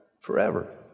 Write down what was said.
Forever